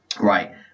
right